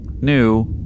new